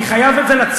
אני חייב את זה לציבור,